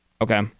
Okay